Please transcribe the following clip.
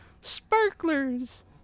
sparklers